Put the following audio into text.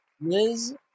Liz